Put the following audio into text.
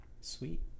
Sweet